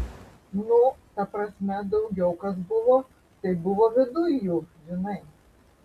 nu ta prasme daugiau kas buvo tai buvo viduj jų žinai